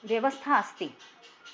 व्यवस्था अस्ति